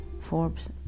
Forbes